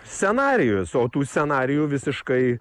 scenarijus o tų scenarijų visiškai